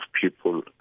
people